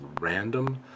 random